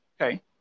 okay